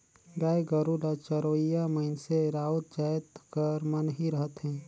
गाय गरू ल चरोइया मइनसे राउत जाएत कर मन ही रहथें